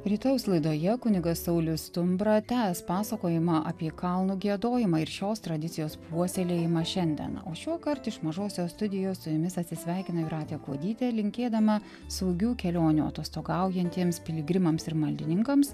rytojaus laidoje kunigas saulius stumbra tęs pasakojimą apie kalnų giedojimą ir šios tradicijos puoselėjimą šiandien o šiuokart iš mažosios studijos su jumis atsisveikina jūratė kuodytė linkėdama saugių kelionių atostogaujantiems piligrimams ir maldininkams